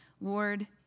Lord